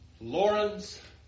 Lawrence